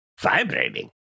vibrating